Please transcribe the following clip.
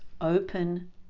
open